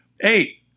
Eight